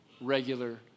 regular